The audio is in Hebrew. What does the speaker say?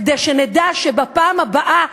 כדי שנדע שבפעם הבאה,